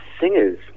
singers